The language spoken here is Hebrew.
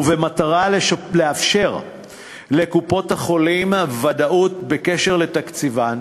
ובמטרה לאפשר לקופות-החולים ודאות בקשר לתקציבן